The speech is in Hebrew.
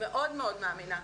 מאוד מאוד מאמינה.